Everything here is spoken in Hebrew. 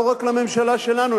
לא רק לממשלה שלנו,